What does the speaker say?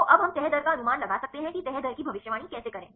तो अब हम तह दर का अनुमान लगा सकते हैं कि तह दर की भविष्यवाणी कैसे करें